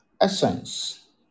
Essence